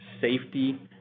safety